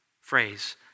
phrase